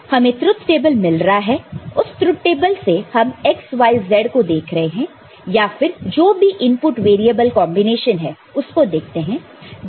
हमें truth table मिल रहा है उस ट्रुथ टेबल से हम x y z को देख रहे हैं या फिर जो भी इनपुट वेरिएबल कॉन्बिनेशन है उसको देखते हैं